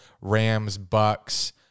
Rams-Bucks